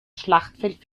schlachtfeld